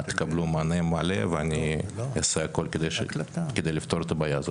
אתם תקבלו מענה מלא ואני אעשה הכל על מנת לפתור לכם את הבעיה הזאת.